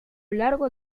largo